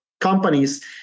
companies